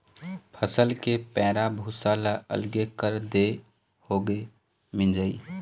फसल के पैरा भूसा ल अलगे कर देए होगे मिंजई